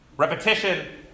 Repetition